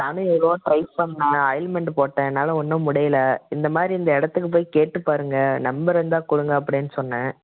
நானும் எவ்வளவோ ட்ரை பண்ணேன் ஆயில்மெண்ட்டுப் போட்டேன் என்னால் ஒன்றும் முடியல இந்த மாதிரி இந்த இடத்துக்குப் போய் கேட்டுப் பாருங்கள் நம்பர் இருந்தால் கொடுங்க அப்படின்னு சொன்னேன்